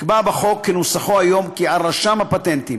נקבע בחוק כנוסחו היום כי על רשם הפטנטים